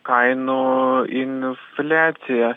kainų infliaciją